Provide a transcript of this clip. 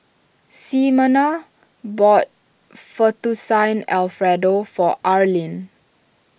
Ximena bought Fettuccine Alfredo for Arlyne